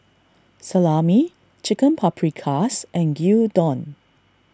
Salami Chicken Paprikas and Gyudon